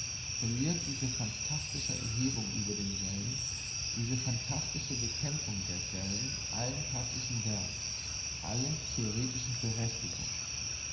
verliert diese phantastische erhebung über denselben diese phantastische bekämpfung desselben allen praktischen wert alle theoretische berechtigung